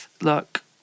look